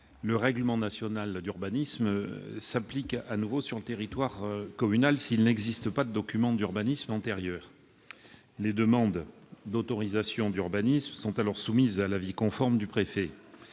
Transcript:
le règlement national d'urbanisme s'applique à nouveau sur le territoire communal s'il n'existe pas de document d'urbanisme antérieur. Les demandes d'autorisation d'urbanisme sont alors soumises à l'avis conforme du préfet.